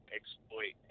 exploit